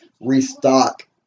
restock